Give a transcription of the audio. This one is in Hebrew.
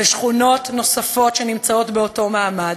ושכונות נוספות שנמצאות באותו מעמד,